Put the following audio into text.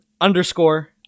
underscore